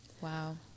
Wow